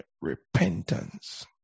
repentance